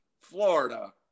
florida